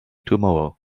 tomorrow